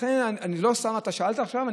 לכן, לא סתם אתה שאלת עכשיו.